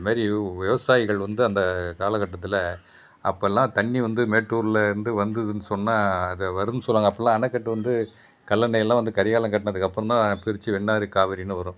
அதுமாதிரி விவசாயிகள் வந்து அந்த காலக்கட்டத்தில் அப்பெல்லாம் தண்ணி வந்து மேட்டூர்லருந்து வந்ததுன்னு சொன்னால் அதை வரும்னு சொல்வாங்க அப்பெல்லாம் அணைக்கட்டு வந்து கல்லணையெல்லாம் வந்து கரிகாலன் கட்டுனதுக்கப்பறந்தான் பிரித்து வெண்ணாறு காவேரின்னு வரும்